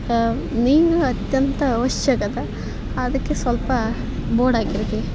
ನೀರು ಅತ್ಯಂತ ಆವಶ್ಯಕ ಅದ ಅದಕ್ಕೆ ಸ್ವಲ್ಪ ಬೋರ್ಡಾಕೈತಿ